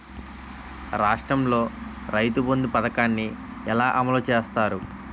రాష్ట్రంలో రైతుబంధు పథకాన్ని ఎలా అమలు చేస్తారు?